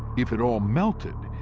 if it all melted,